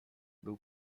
był